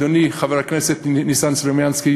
אדוני חבר הכנסת ניסן סלומינסקי,